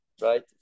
Right